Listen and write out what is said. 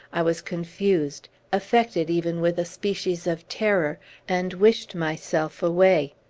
i was confused affected even with a species of terror and wished myself away.